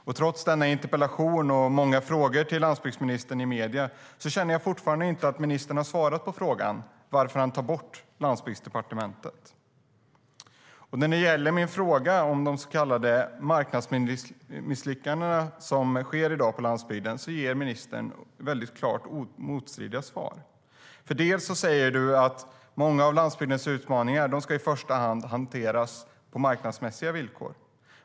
Och trots denna interpellation och många frågor till landsbygdsministern i medierna känner jag fortfarande inte att ministern har svarat på frågan varför han tar bort Landsbygdsdepartementet. När det gäller min fråga om de så kallade marknadsmisslyckandena, som sker i dag på landsbygden, ger ministern klart motstridiga svar. Du säger att många av landsbygdens utmaningar i första hand ska hanteras på marknadsmässiga villkor.